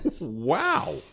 Wow